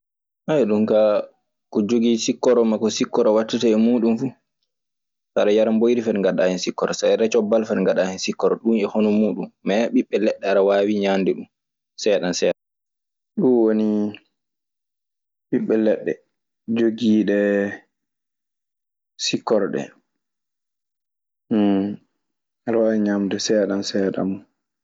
Ɗum kaa ko joggi sikkoro ma ko sikkoro wattetee e muuɗum fuu. So ada yara mboyri fati ngaɗaa hen sikkoro. So aɗa yara cobbal fati ngaɗa hen sikkoro, ɗum e hono muuɗum. Kaa aɗa waawi ngaɗaa ɓiɓɓe leɗɗe seeɗan seeɗan. Ɗun woni ɓiɓɓe leɗɗe jogiiɗe sikkoro ɗee. Aɗe waawi ñaande seeɗan seeɗan mun.